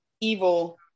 evil